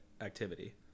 activity